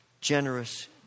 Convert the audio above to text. generous